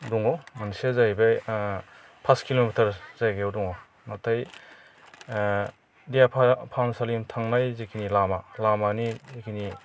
दङ मोनसेया जाहैबाय फास किल'मिटार जायगायाव दङ नाथाय देहा फाहामसालि थांनाय जेखिनि लामा लामानि जिखिनि